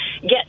get